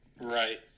Right